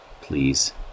Please